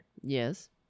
Yes